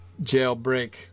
jailbreak